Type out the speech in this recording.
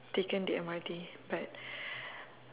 taken the M_R_T but